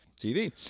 TV